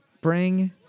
bring